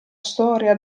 storia